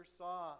saw